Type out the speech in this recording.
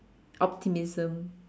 optimism